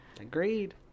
Agreed